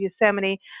Yosemite